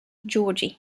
georgie